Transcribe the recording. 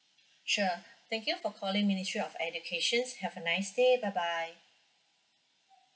sure thank you for calling ministry of educations have a nice day bye bye